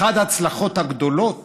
אחת ההצלחות הגדולות